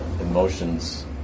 emotions